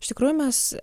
iš tikrųjų mes